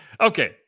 Okay